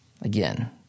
again